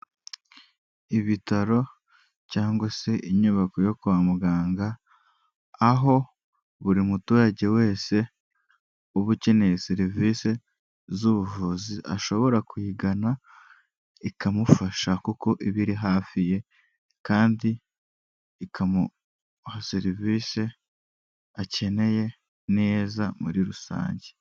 Ibitaro cyangwa se inyubako yo kwa muganga, aho buri muturage wese, uba ukeneye serivisi z'ubuvuzi ashobora kuyigana ikamufasha, kuko iba iri hafi ye, kandi ikamuha serivisi akeneye neza muri rusange.